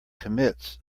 commits